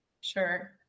Sure